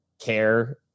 care